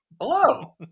Hello